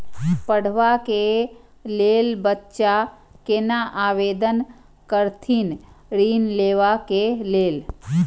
पढ़वा कै लैल बच्चा कैना आवेदन करथिन ऋण लेवा के लेल?